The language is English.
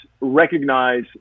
recognize